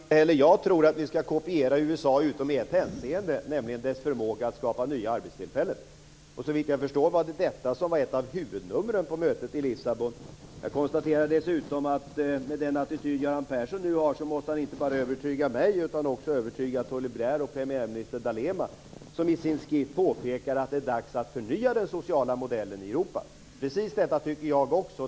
Fru talman! Inte heller jag tror att vi ska kopiera USA - utom i ett hänseende, nämligen när det gäller dess förmåga att skapa nya arbetstillfällen. Såvitt jag förstår var detta ett av huvudnumren på mötet i Lissabon. Jag konstaterar dessutom att Göran Persson med den attityd han nu har måste övertyga inte bara mig utan också Tony Blair och premiärminister D Alema som i sin skrift påpekar att det är dags att förnya den sociala modellen i Europa. Precis detta tycker jag också.